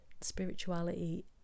spirituality